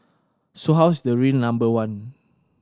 so how is the real number one